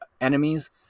enemies